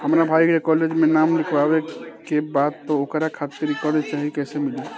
हमरा भाई के कॉलेज मे नाम लिखावे के बा त ओकरा खातिर कर्जा चाही कैसे मिली?